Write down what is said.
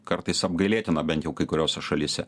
kartais apgailėtina bent jau kai kuriose šalyse